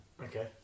okay